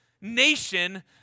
nation